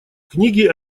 книги